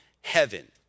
heaven